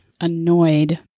annoyed